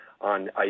on